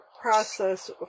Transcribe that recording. process